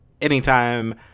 anytime